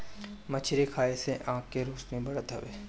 मछरी खाए से आँख के रौशनी बढ़त हवे